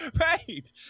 right